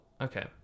okay